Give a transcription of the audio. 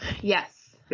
Yes